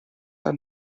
der